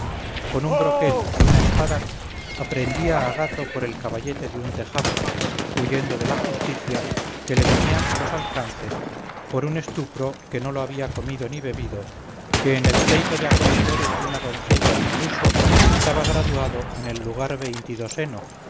con un broquel y una espada aprendía a gato por el caballete de un tejado huyendo de la justicia que le venía a los alcances por un estrupo que no lo había comido ni bebido que en el pleito de acreedores de una doncella al uso estaba graduado en el lugar